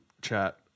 chat